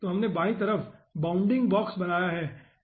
तो हमने बाएं तरफ बाउंडिग बॉक्स बनाया है